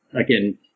again